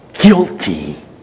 guilty